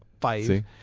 five